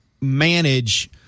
manage